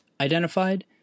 identified